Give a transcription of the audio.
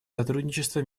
сотрудничество